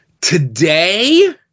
Today